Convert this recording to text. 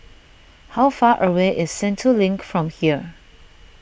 how far away is Sentul Link from here